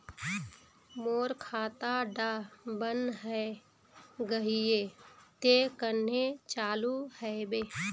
मोर खाता डा बन है गहिये ते कन्हे चालू हैबे?